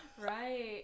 Right